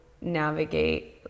navigate